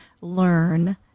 learn